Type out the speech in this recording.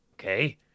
Okay